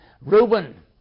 Reuben